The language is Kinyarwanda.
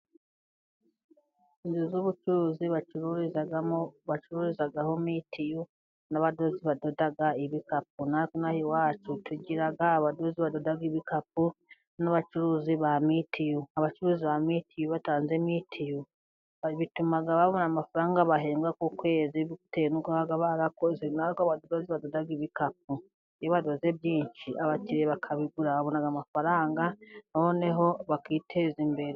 Inzu z'ubucuruzi bacururizamo, bacuruzaho mitiyu n'abadozi badoda ibikapu, naha iwacu tugira abadozi badoda ibikapu n'abacuruzi ba mitiyu, abacuruzi ba mitiyu batanze mitiyu babituma babona amafaranga bahembwa kukwezi, bitewe nuko baba barakoze nabo badozi badoda ibikapu ,iyo badoze byinshi, abakiriya bakabigura babona amafaranga noneho bakiteza imbere.